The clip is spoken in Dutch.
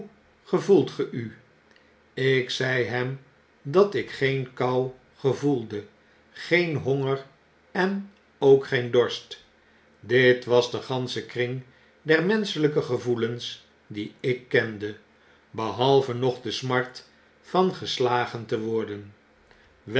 gevoelt ge u ik zei hem dat ik geen kou gevoelde geen honger en ook geen dorst dit was de gansche kring der menschelijke gevoelens dieikkende behalve nog de smart van geslagente worden